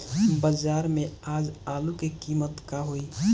बाजार में आज आलू के कीमत का होई?